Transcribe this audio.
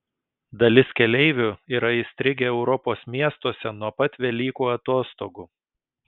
dalis keleivių yra įstrigę europos miestuose nuo pat velykų atostogų